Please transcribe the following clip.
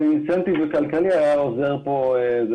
תמריץ כלכלי היה עוזר כאן.